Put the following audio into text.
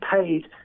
paid